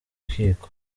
rukiko